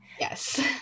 yes